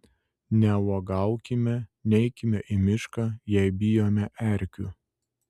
neuogaukime neikime į mišką jei bijome erkių